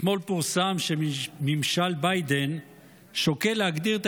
אתמול פורסם שממשל ביידן שוקל להגדיר את